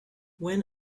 when